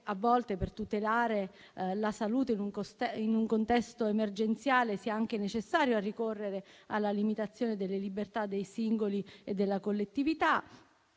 a volte per tutelare la salute in un contesto emergenziale sia anche necessario ricorrere alla limitazione delle libertà dei singoli e della collettività